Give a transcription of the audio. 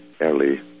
early